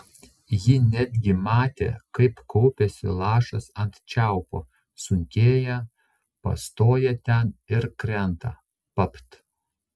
ji netgi matė kaip kaupiasi lašas ant čiaupo sunkėja pastoja ten ir krenta papt